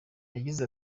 yagize